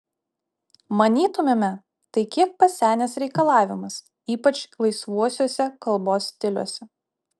manytumėme tai kiek pasenęs reikalavimas ypač laisvuosiuose kalbos stiliuose